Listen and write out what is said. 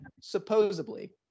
supposedly